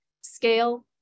scale